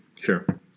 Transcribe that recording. Sure